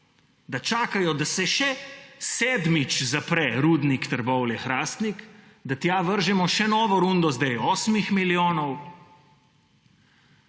Da čakajo, da se še sedmič zapre Rudnik Trbovlje - Hrastnik, da tja vržemo še novo rundo zdaj osmih milijonov,